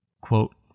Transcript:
Quote